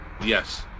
Yes